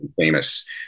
famous